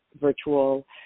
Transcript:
Virtual